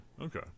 Okay